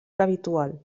habitual